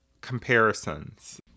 comparisons